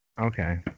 Okay